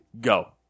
Go